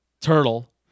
turtle